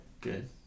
Good